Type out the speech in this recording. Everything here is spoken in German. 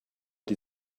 die